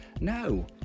No